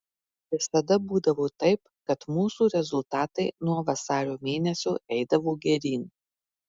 visada būdavo taip kad mūsų rezultatai nuo vasario mėnesio eidavo geryn